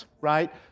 right